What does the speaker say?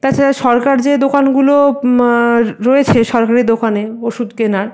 তাছাড়া সরকার যে দোকানগুলো র্ রয়েছে সরকারি দোকানে ওষুধ কেনার